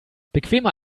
bequemer